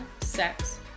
sex